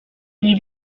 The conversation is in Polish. nie